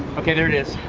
ok there it is.